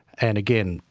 and again,